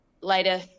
later